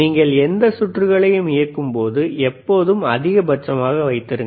நீங்கள் எந்த சுற்றுகளையும் இயக்கும்போது எப்போதும் அதிகபட்சமாக வைத்திருங்கள்